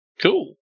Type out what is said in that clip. Cool